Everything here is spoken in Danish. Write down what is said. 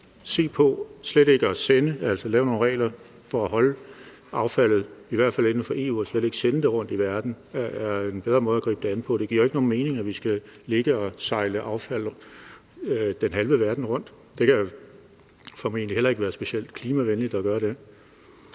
sende noget, altså at lave nogle regler for at holde affaldet i hvert fald inden for EU og slet ikke sende det rundt i verden, er en bedre måde at gribe det an på. Det giver jo ikke nogen mening, at vi skal ligge og sejle affald den halve verden rundt. Det kan formentlig heller ikke være specielt klimavenligt at gøre det.